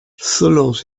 solange